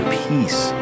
peace